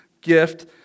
gift